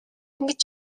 ингэж